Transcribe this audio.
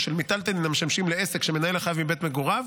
או של מיטלטלין המשמשים לעסק שמנהל החייב מבית מגוריו,